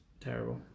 terrible